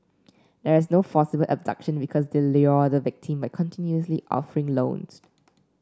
there is no forcible abduction because they lure the victim by continuously offering loans